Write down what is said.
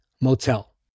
Motel